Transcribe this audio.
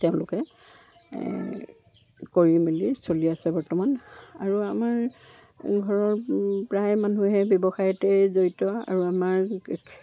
তেওঁলোকে কৰি মেলি চলি আছে বৰ্তমান আৰু আমাৰ ঘৰৰ প্ৰায় মানুহে ব্যৱসায়তে জড়িত আৰু আমাৰ